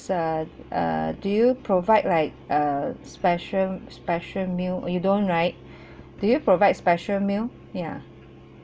uh uh do you provide like uh special special meal you don't right do you provide special meal ya